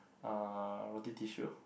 uh Roti-Tissue